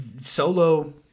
solo